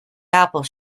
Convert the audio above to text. apple